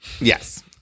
Yes